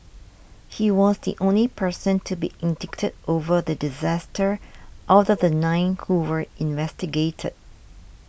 he was the only person to be indicted over the disaster out of the nine who were investigated